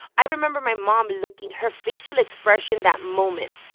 i remember my mom looking her facial expression that moment.